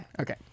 okay